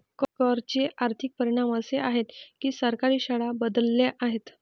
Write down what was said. कर चे आर्थिक परिणाम असे आहेत की सरकारी शाळा बदलल्या आहेत